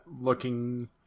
looking